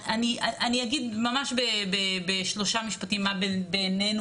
אני אגיד ממש בשלושה משפטים מה בעינינו